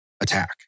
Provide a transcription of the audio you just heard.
attack